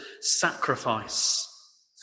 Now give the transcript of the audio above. sacrifice